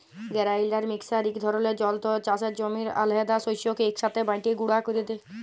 grinder mixer ইক ধরলের যল্তর চাষের জমির আলহেদা শস্যকে ইকসাথে বাঁটে গুঁড়া ক্যরে দেই